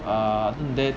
uh other than that